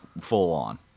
full-on